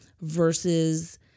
versus